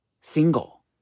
single